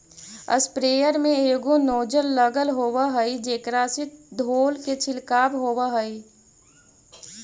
sprayer में एगो nozzle लगल होवऽ हई जेकरा से धोल के छिडकाव होवऽ हई